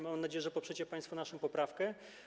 Mam nadzieję, że poprzecie państwo naszą poprawkę.